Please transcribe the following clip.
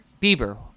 Bieber